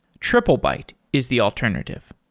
triplebyte is the alternative.